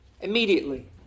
Immediately